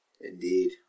Indeed